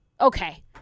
Okay